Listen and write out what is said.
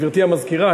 גברתי המזכירה,